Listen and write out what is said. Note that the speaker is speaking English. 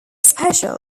specials